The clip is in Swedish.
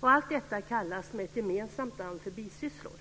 Allt detta kallas med ett gemensamt namn för bisysslor,